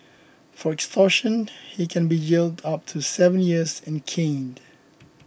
for extortion he can be jailed up to seven years and caned